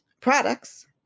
products